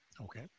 Okay